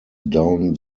down